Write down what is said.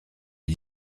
est